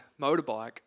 motorbike